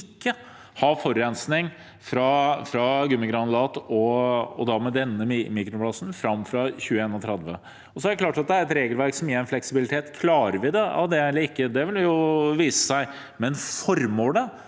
ikke har forurensning fra gummigranulat med denne mikroplasten fra 2031. Det er klart at det er et regelverk som gir en fleksibilitet. Klarer vi det eller ikke, det vil jo vise seg. Men formålet